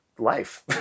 Life